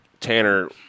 Tanner